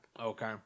Okay